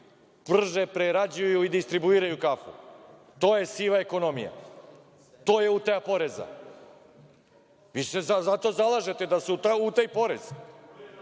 prže, prerađuju i distribuiraju kafu. To je siva ekonomija. To je utaja poreza. Vi se za to zalažete, da se utaji